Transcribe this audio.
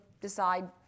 decide